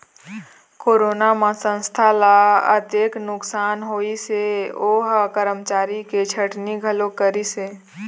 corona म संस्था ल अतेक नुकसानी होइस के ओ ह करमचारी के छटनी घलोक करिस हे